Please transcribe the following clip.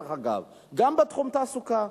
גם בתחום התעסוקה,